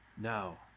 Now